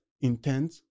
intent